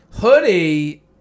Hoodie